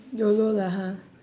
YOLO lah ha